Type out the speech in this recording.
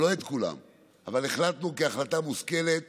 החלטנו כהחלטה מושכלת